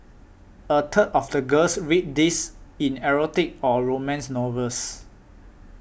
a third of the girls read these in erotic or romance novels